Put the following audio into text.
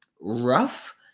rough